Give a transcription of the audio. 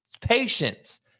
patience